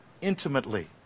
intimately